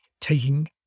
taking